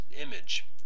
image